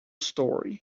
story